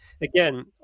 again